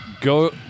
Go